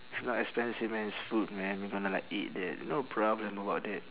it's not expensive man it's food man we gonna like eat that no problem about that